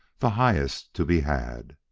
the highest to be had.